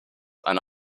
eine